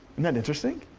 and that interesting?